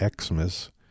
Xmas